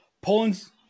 Poland's